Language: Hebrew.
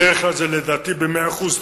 בדרך כלל לדעתי זה במאה אחוז.